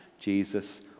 Jesus